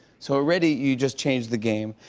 so already you just changed the game.